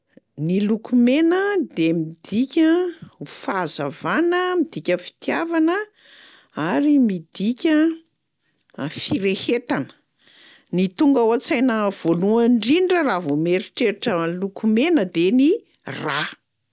Ny loko mena de midika fahazavana, midika fitiavana ary midika firehetana. Ny tonga ao an-tsaina voalohany ndrindra raha vao mieritreritra loko mena de ny rà.